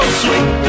sweet